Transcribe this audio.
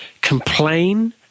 complain